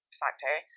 factor